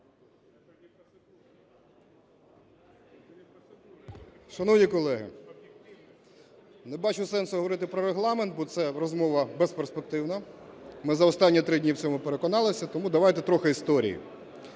Шановні колеги, не бачу сенсу говорити про Регламент, бо це розмова безперспективна, ми за останні три дні в цьому переконалися, тому давайте трохи історії.